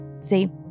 See